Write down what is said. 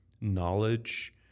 knowledge